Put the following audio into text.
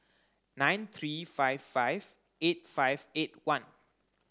nine three five five eight five eight one